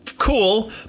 cool